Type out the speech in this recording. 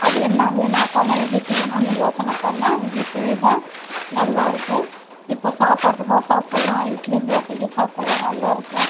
அது என்ன வீணாக்காமல் எப்படி செய்யணும்னு யோசனை பண்ணிணேன் இப்படி செய்தேன் நல்லாயிருக்கு இப்போது சாப்பாட்டுக்கும் சாப்பிட்லாம் இட்லி தோசைக்கும் சாப்பிட்லாம் நல்லாயிருக்கும்